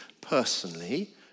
personally